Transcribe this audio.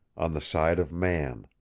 on the side of man.